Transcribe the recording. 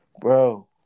bro